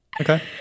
Okay